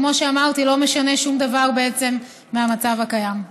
כמו שאמרתי, זה לא משנה שום דבר בעצם מהמצב הקיים.